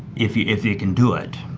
if yeah if they can do it,